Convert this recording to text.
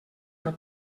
del